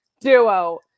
duo